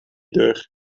deur